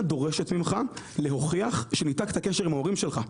דורשת ממך להוכיח שניתקת קשר עם ההורים שלך.